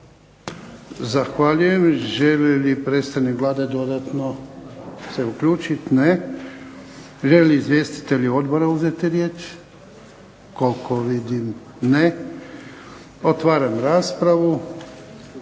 Zahvaljujem. Želi li predstavnik Vlade dodatno se uključiti? Ne. Žele li izvjestitelji odbora uzeti riječ? Ne. Otvaram raspravu.